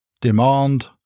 Demand